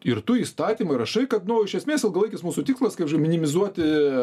ir tu įstatymu įrašai kad nu iš esmės ilgalaikis mūsų tikslas kaip minimizuoti